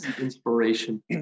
inspiration